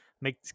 make